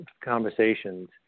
conversations